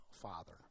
father